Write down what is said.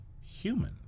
human